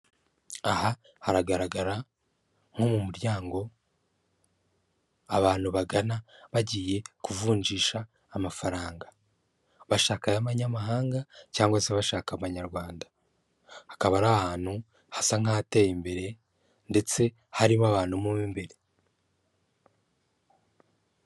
Aha haragaragara nko mu muryango abantu bagana bagiye kuvunjisha amafaranga, bashaka ay'amanyamahanga cyangwa se bashaka amanyarwanda, hakaba ari ahantu hasa nk'ateye imbere ndetse harimo abantu mo imbere